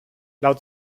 laut